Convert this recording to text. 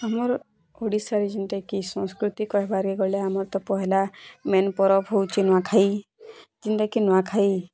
ଆମର୍ ଓଡ଼ିଶାରେ ଯେନ୍ଟା କି ସଂସ୍କୃତି କହିବାରେ ଗଲେ ଆମର୍ ତ ପହେଲା ମେନ୍ ପରବ ହେଉଛି ନୂଆଁଖାଇ ଯେନ୍ତା କି ନୂଆଁଖାଇ